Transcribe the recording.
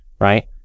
right